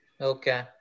Okay